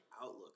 outlook